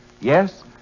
Yes